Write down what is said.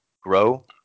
grow